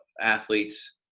athletes